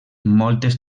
moltes